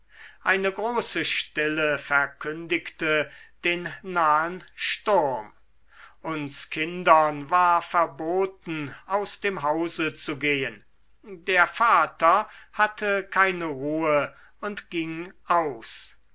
eine große stille verkündigte den nahen sturm uns kindern war verboten aus dem hause zu gehen der vater hatte keine ruhe und ging aus